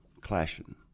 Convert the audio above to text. clashing